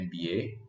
NBA